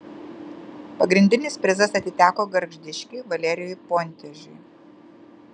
pagrindinis prizas atiteko gargždiškiui valerijui pontežiui